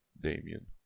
Damien